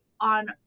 on